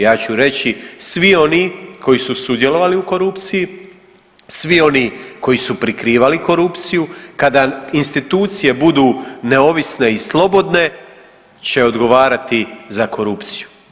Ja ću reći svi oni koji su sudjelovali u korupciji, svi oni koji su prikrivali korupciju, kada institucije budu neovisne i slobodne će odgovarati za korupciju.